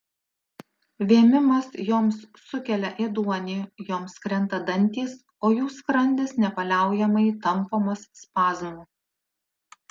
vėmimas joms sukelia ėduonį joms krenta dantys o jų skrandis nepaliaujamai tampomas spazmų